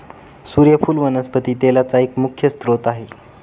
सुर्यफुल वनस्पती तेलाचा एक मुख्य स्त्रोत आहे